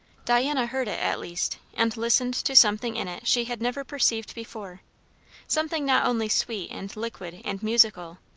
diana heard it, at least, and listened to something in it she had never perceived before something not only sweet and liquid and musical,